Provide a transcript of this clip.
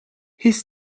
his